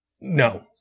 no